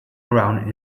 around